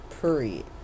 Period